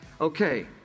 Okay